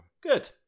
Good